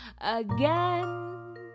again